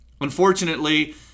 unfortunately